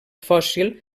fòssil